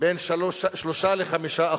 בין 3% ל-5%,